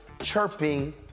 chirping